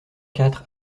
quatre